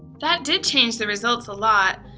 that did change the results a lot.